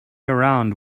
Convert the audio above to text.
around